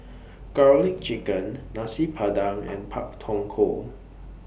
Garlic Chicken Nasi Padang and Pak Thong Ko